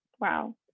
wow